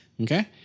Okay